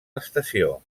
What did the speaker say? estació